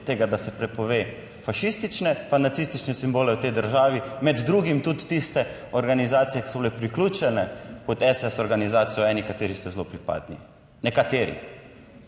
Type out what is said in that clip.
da se prepove fašistične pa nacistične simbole v tej državi med drugim tudi tiste organizacije, ki so bile priključene pod SES organizacijo eni kateri ste zelo pripadni, nekateri.